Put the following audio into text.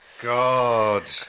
God